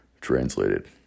Translated